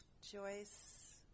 Joyce